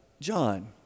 John